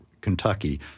Kentucky